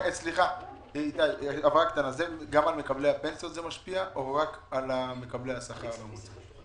גם על מקבלי הפנסיות זה משפיע או רק על מקבלי השכר --- זה משפיע על